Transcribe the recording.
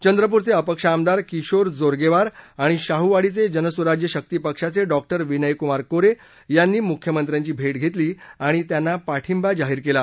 चंद्रपूरचे अपक्ष आमदार किशोर जोस्गेवार आणि शाह्वाडीचे जनसुराज्य शक्ती पक्षोच डॉ विनयकुमार कोरे यांनी मुख्यमंत्र्यांची भेट घेतली आणि त्यांना पाठिंबा जाहीर केला